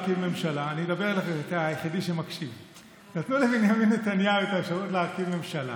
נתנו לבנימין נתניהו את האפשרות להרכיב ממשלה,